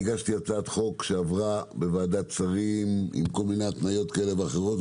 הגשתי הצעת חוק שעברה בוועדת שרים עם התניות כאלה ואחרות.